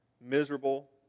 Miserable